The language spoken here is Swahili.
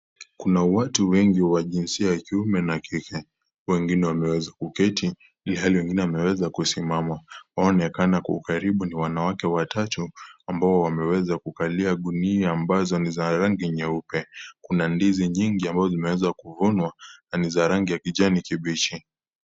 Kuna watu wengi wa jinsia ya kiume na kike. Wengine wameweza kuketi ilhali wengine wameweza kisimama, wanaonekana wako karibu ni wanawake watatu, ambao wameweza kukalia gunia ambazo ni za rangi nyeupe. Kuna ndizi nyingi ambazo zimeweza kufunwa na ni za rangi kijani kipiji.